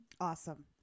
Awesome